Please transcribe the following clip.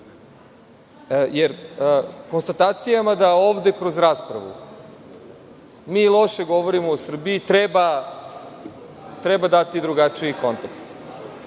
jer konstatacijama da ovde kroz raspravu mi loše govorimo o Srbiji, treba dati drugačiji kontekst. Slažem